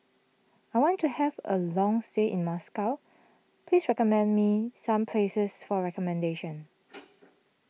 I want to have a long stay in Moscow please recommend me some places for accommodation